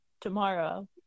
tomorrow